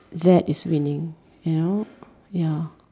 that is winning you know ya